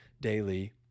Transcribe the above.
daily